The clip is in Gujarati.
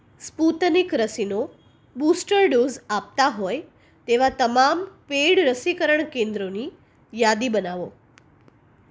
સ્પુતનિક રસીનો બુસ્ટર ડોઝ આપતાં હોય તેવાં તમામ પેડ રસીકરણ કેન્દ્રોની યાદી બનાવો